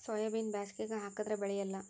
ಸೋಯಾಬಿನ ಬ್ಯಾಸಗ್ಯಾಗ ಹಾಕದರ ಬೆಳಿಯಲ್ಲಾ?